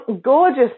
Gorgeous